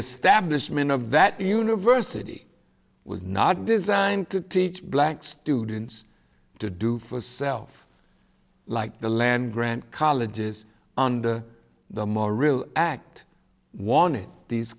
establishment of that university was not designed to teach black students to do for self like the land grant colleges and the more real act wanted these